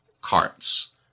carts